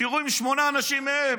תראו אם שמונה אנשים מהם